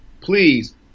please